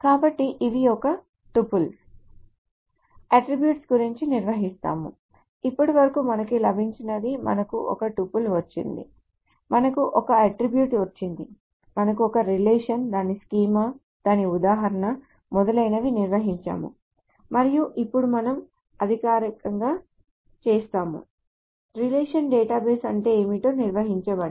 కాబట్టి ఇవి ఒక టుపుల్ అట్ట్రిబ్యూట్ గురించి నిర్వచిస్తాయి ఇప్పటివరకు మనకు లభించినది మనకు ఒక టుపుల్ వచ్చింది మనకు ఒక అట్ట్రిబ్యూట్ వచ్చింది మనకు ఒక రిలేషన్ దాని స్కీమా దాని ఉదాహరణ మొదలైనవి నిర్వచించాము మరియు ఇప్పుడు మనం అధికారికంగా చేస్తాము రిలేషనల్ డేటాబేస్ అంటే ఏమిటో నిర్వచించండి